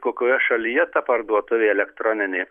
kokioje šalyje ta parduotuvė elektroninė